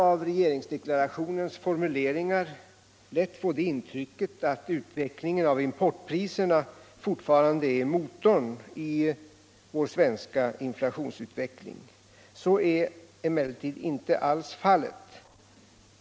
Av regeringsdeklarationens formuleringar kan man lätt få det intrycket att utvecklingen av importpriserna fortfarande är motorn i vår svenska inflationsutveckling. Så är emellertid inte alls fallet.